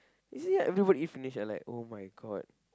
is it like everybody eat finish and like [oh]-my-god